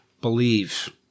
believe